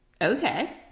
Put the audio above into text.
Okay